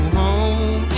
home